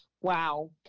Wow